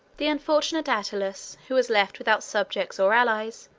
the unfortunate attalus, who was left without subjects or allies,